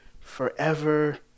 forever